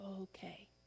okay